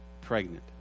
pregnant